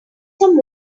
some